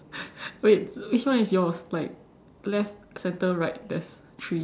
wait which one is yours like left center right there's three